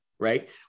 right